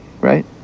right